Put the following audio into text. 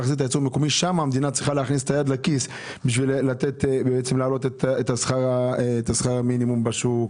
שם המדינה צריכה להכניס את היד לכיס בשביל להעלות את שכר המינימום בשוק,